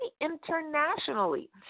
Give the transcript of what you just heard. internationally